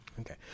Okay